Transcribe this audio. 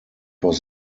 was